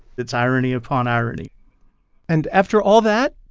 it's irony upon irony and after all that,